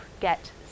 get